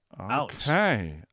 Okay